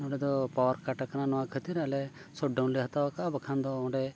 ᱱᱚᱸᱰᱮ ᱫᱚ power cut ᱟᱠᱟᱱᱟ ᱱᱚᱣᱟ ᱠᱷᱟᱹᱛᱤᱨ ᱟᱞᱮ ᱥᱚᱴ ᱰᱟᱣᱩᱱᱞᱮ ᱦᱟᱛᱟᱣᱟ ᱠᱟᱜᱼᱟ ᱵᱟᱠᱷᱟᱱ ᱫᱚ ᱚᱸᱰᱮ